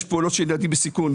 יש פעולות של ילדים בסיכון,